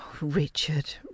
Richard